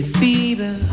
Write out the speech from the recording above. fever